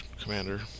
Commander